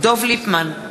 דב ליפמן,